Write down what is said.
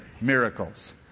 miracles